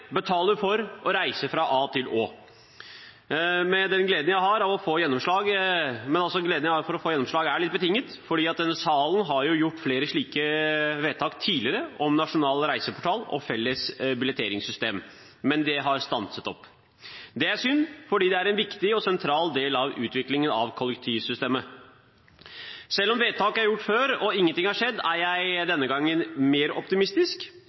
betale for og foreta reiser fra A til Å. Gleden jeg har av å få gjennomslag, er litt betinget, for denne salen har gjort flere slike vedtak tidligere om nasjonal reiseportal og felles billetteringssystem, men det har stanset opp. Det er synd, for det er en viktig og sentral del av utviklingen av kollektivsystemet. Selv om vedtak er gjort før og ingenting har skjedd, er jeg denne gangen mer optimistisk.